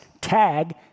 Tag